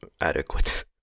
adequate